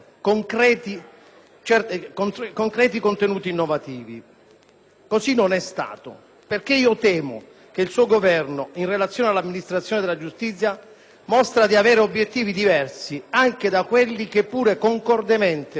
Così non è stato perché - io temo - il suo Governo, in relazione all'amministrazione della giustizia, mostra di avere obiettivi diversi anche da quelli che pure concordemente furono evidenziati nel corso dei suoi incontri con il nostro Ministro ombra.